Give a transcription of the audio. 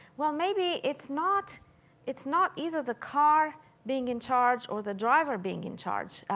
well, maybe it's not it's not either the car being in charge or the driver being in charge.